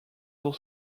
sur